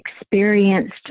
experienced